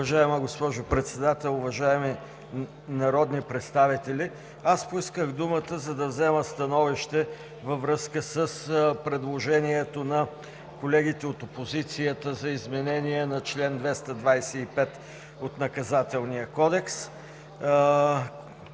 Уважаема госпожо Председател, уважаеми народни представители! Поисках думата, за да взема становище във връзка с предложението на колегите от опозицията за изменение на чл. 225 от Наказателния кодекс.